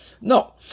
No